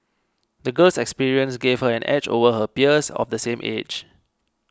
the girl's experiences gave her an edge over her peers of the same age